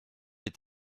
est